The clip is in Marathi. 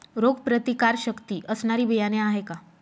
रोगप्रतिकारशक्ती असणारी बियाणे आहे का?